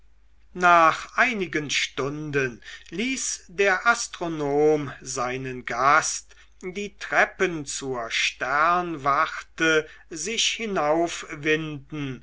nach einigen stunden ließ der astronom seinen gast die treppen zur sternwarte sich